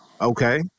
Okay